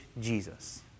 Jesus